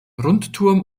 rundturm